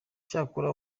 cyakora